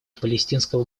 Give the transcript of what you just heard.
палестинского